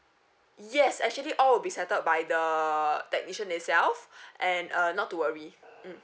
yes actually all would be settled by the technician itself and uh not to worry mm